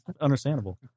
Understandable